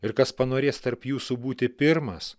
ir kas panorės tarp jūsų būti pirmas